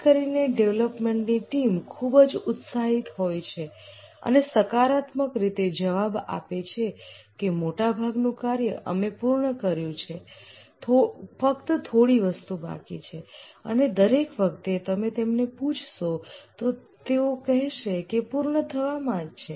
ખાસ કરીને development team ખૂબ જ ઉત્સાહિત હોય છે અને સકારાત્મક રીતે જવાબ આપે છે કે મોટાભાગનું કાર્ય અમે પૂર્ણ કર્યું છે ફક્ત થોડી વસ્તુ બાકી છે અને દરેક વખતે તમે તેમને પૂછશો તો તેઓ કહેશે કે પૂર્ણ થવામાં જ છે